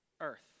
earth